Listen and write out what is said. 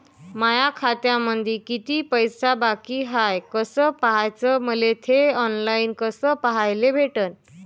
माया खात्यामंधी किती पैसा बाकी हाय कस पाह्याच, मले थे ऑनलाईन कस पाह्याले भेटन?